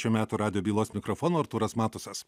šių metų rado bylos mikrofono artūras matusas